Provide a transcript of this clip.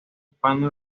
hispano